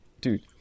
Dude